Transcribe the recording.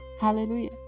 Hallelujah